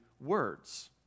words